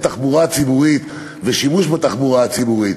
התחבורה הציבורית ואת השימוש בתחבורה הציבורית.